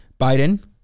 Biden